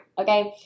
Okay